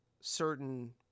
certain